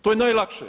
To je najlakše.